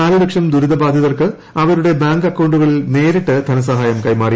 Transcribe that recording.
നാലു ലക്ഷം ദുരിത ബാധിതർക്ക് അവരുടെ ബാങ്ക് അക്കൌണ്ടുകളിൽ നേരിട്ട് ധനസഹായം കൈമാറി